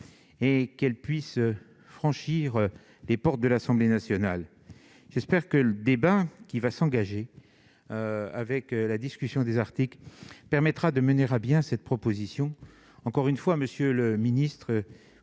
et qu'elle puisse franchir les portes de l'Assemblée nationale. J'espère que le débat qui va s'engager au travers de la discussion des articles permettra de mener à bien cette réforme. Encore une fois, monsieur le ministre,